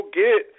get